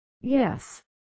Yes